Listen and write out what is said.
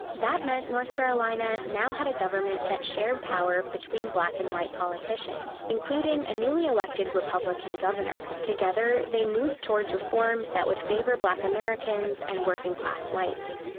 that meant north carolina now had a government that shared power between black and white politicians, including a newly elected republican governor. together, they moved towards reforms that would favor black americans and working-class whites.